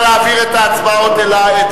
נא להעביר את ההצבעות אלי.